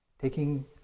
Taking